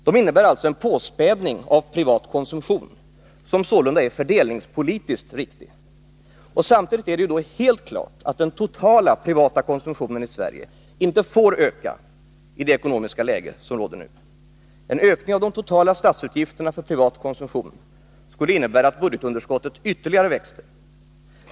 De innebär alltså en påspädning av privat konsumtion, som sålunda är fördelningspolitiskt riktig. Samtidigt är det helt klart att den totala privata konsumtionen i Sverige inte får öka i det ekonomiska läge som råder nu. En ökning av de totala statsutgifterna för privat konsumtion skulle innebära att budgetunderskottet ytterligare växte.